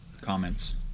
comments